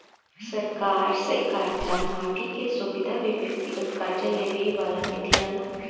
सरकार से कर्जा माफी के सुविधा भी व्यक्तिगत कर्जा लेवे वाला के दीआला